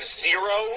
zero